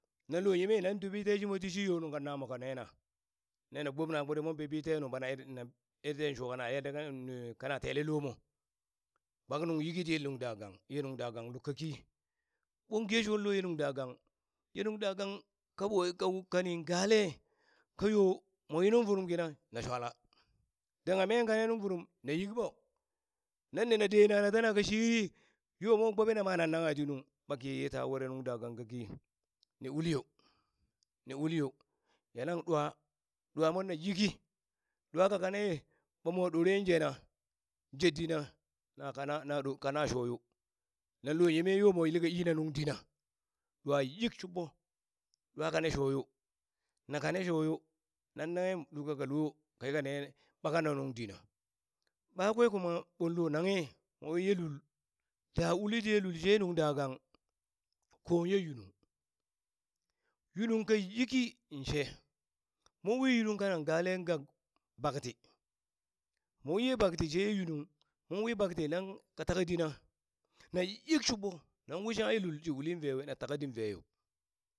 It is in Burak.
Nan lo yeme nan dumio shimo yo nung kan namo ka nena ne na gbomna kpirit mon bebi te bana erenung er teng shokana kana tele lomo kpak nun yiki te ye nuŋ dagang ye nuŋ dagang luk kaki ɓon gesho loye nung dagang ye nung dagang kaɓo ka we kanin gale kayo mowi nung vurum kina na swala dangha me kane nung vurum na yikɓo nanne na dena na tana ka shii yo mon gbobena nan nangha ti nuŋ ɓa kiye ta were nuŋ dagang kaki ni uliyoni uli yo ya nang ɗwa ɗwa monne yikki ɗwa ka kane ɓamo ɗoren jena je dina na kana na ɗo kana shoyo nanlo yeme yo mo yilka ii na nuŋ dina, ɗwa yik shuɓɓo, ɗwa kane shoyo na kane shoyo nan naghe lul ka ka lo ka yilka ne ɓakana nuŋ dina ɓakwe kuma ɓollo nanghe mowi ye lul da uli tiye lul she nuŋ dagang kon ye yunuŋ, yunuŋ ka yiki inshe monwi yunuŋ kanan galen gak bakti mowiye bakti sheye yunuŋ wi bakti nan ka taka dina na yik shubmo nan wi shangha ye lul shi ulin ve na taka din veyo